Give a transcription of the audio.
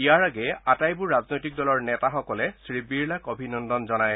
ইয়াৰ আগেয়ে আটাইবোৰ ৰাজনৈতিক দলৰ নেতাসকলে শ্ৰীবিৰলাক অভিনন্দন জনায়